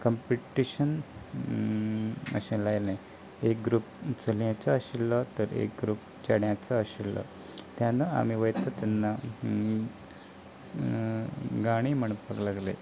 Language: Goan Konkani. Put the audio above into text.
कंम्प्टिशन अशें लायलें एक ग्रूप चलयांचो आशिल्लो तर एक ग्रूप चेड्याचो आशिलो तेन्ना आमी वयता तेन्ना गाणी म्हणपाक लागले